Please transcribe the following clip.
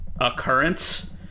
occurrence